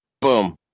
boom